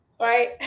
right